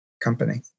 company